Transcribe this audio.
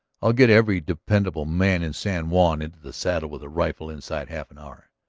i'll get every dependable man in san juan into the saddle with a rifle inside half an hour.